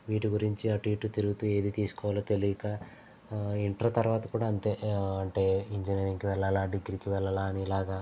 వీటి గురించి అటు ఇటు తిరుగుతూ ఏది తీసుకోవాలో తెలియక ఇంటర్ తర్వాత కూడా అంతే అంటే ఇంజనీరింగ్ కి వెళ్ళాలా డిగ్రీ కి వెళ్ళాలా అని లాగా